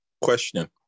Question